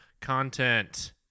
content